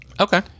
Okay